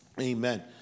amen